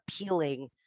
appealing